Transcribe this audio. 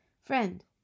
Friend